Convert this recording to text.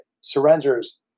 surrenders